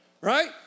right